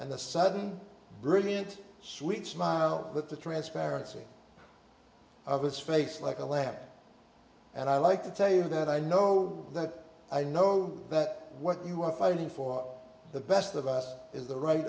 and the sudden brilliant sweet smile but the transparency of his face like a lamb and i like to tell you that i know that i know that what you are fighting for the best of us is the right